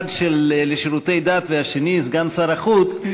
אחד לשירותי דת והשני סגן שר החוץ,